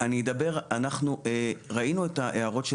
אנחנו ראינו את ההערות על